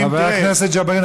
חבר הכנסת ג'בארין,